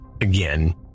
again